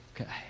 Okay